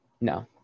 No